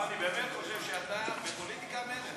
לא, אני באמת חושב שאתה בפוליטיקה מלך.